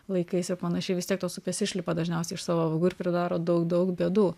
laikais ir panašiai vis tiek tos upės išlipa dažniausiai iš savo vagų ir pridaro daug daug bėdų